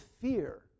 fear